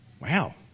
Wow